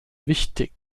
wichtig